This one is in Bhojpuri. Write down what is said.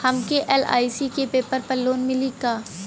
हमके एल.आई.सी के पेपर पर लोन मिली का?